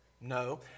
No